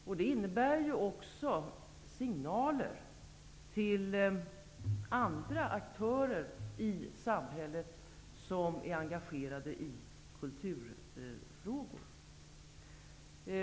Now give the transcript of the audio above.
Det här innebär också signaler till andra aktörer i samhället som är engagerade i kulturfrågor.